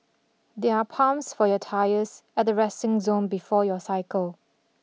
there are pumps for your tyres at the resting zone before your cycle